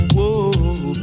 Whoa